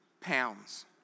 pounds